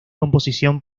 composición